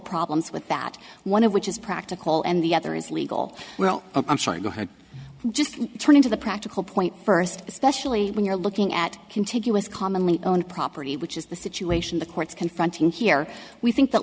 problems with that one of which is practical and the other is legal well i'm sorry go ahead just turning to the practical point first especially when you're looking at contiguous commonly owned property which is the situation the courts confronting here we think that